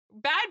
Bad